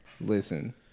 Listen